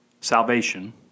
salvation